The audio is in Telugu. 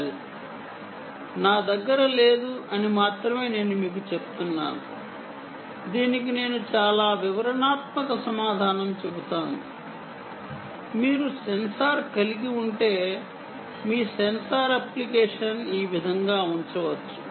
వెల్ దీనికి నా దగ్గర చాలా వివరణాత్మక సమాధానం లేదు అని మాత్రమే చెబుతాను మీరు సెన్సార్ కలిగి ఉంటే మీ సెన్సార్ అప్లికేషన్ ఈ విధంగా ఉంచవచ్చు